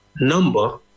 number